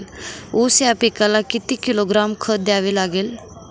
ऊस या पिकाला किती किलोग्रॅम खत द्यावे लागेल?